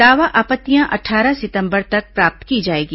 दावा आपत्तियां अट्ठारह सितंबर तक प्राप्त की जाएगी